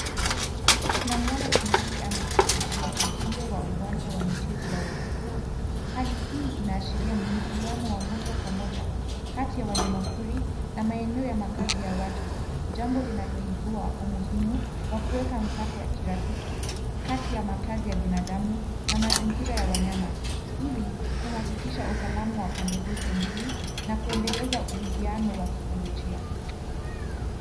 Tuna muoana tumbili ameketi juu ya uzio wa uwanja wa michezo ya watoto. Hali ina ashiria mwingiliano wa moja kwa moja kati ya wanyama pori na maeneo ya wakazi ya watu jambo linalo ibua umuhimu ya kuweka mipaka ya kirafiki kati ya makazi ya binadamu na mazingira ya wanyama ili kuhakikisha usalama wa pande zote mbili na kuendeleza rhino wa teknolojia.